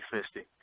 misty.